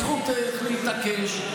זכותך להתעקש,